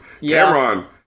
Cameron